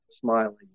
smiling